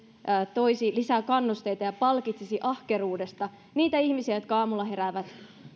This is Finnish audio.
toisi lisää kannusteita ja palkitsisi ahkeruudesta niitä ihmisiä jotka aamulla heräävät